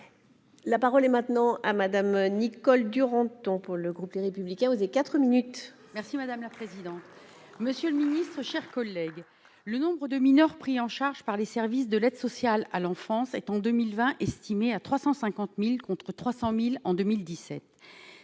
La parole est maintenant à Madame Nicole Duranton pour le groupe Les République. Qui a osé 4 minutes merci madame la présidente. Monsieur le ministre, chers collègues, le nombre de mineurs pris en charge par les services de l'aide sociale à l'enfance est en 2020, estimé à 350000 contre 300000 en 2017,